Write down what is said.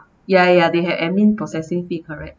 ya ya they have admin processing fee correct